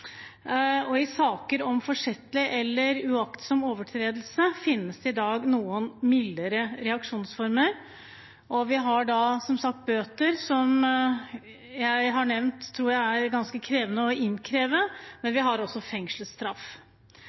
I saker om forsettlig eller uaktsom overtredelse finnes det i dag noen mildere reaksjonsformer. Vi har som sagt bøter, som jeg har nevnt at jeg tror er ganske krevende å innkreve, men vi har også fengselsstraff.